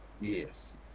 Yes